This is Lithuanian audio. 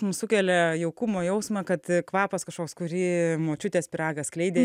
mum sukelia jaukumo jausmą kad kvapas kažkoks kurį močiutės pyragas skleidė